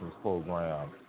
program